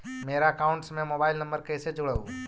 मेरा अकाउंटस में mobile number कैसे जुड़उ?